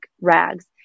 rags